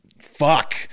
Fuck